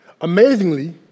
Amazingly